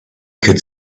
could